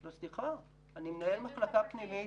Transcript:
סליחה, אני מנהל מחלקה פנימית